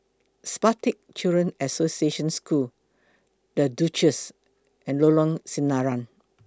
Spastic Children's Association School The Duchess and Lorong Sinaran